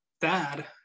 dad